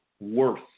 worth